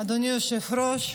אדוני היושב-ראש,